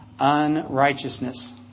unrighteousness